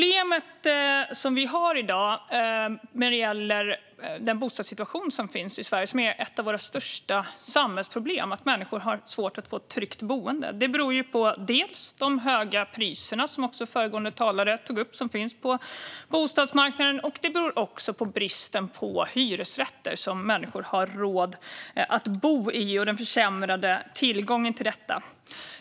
Ett av dagens största samhällsproblem är att människor har svårt att få ett tryggt boende. Det beror dels på de höga priserna på bostadsmarknaden, som ju föregående talare tog upp, och på bristen på hyresrätter som människor har råd att bo i.